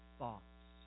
thoughts